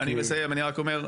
מסיים, אני רק אומר,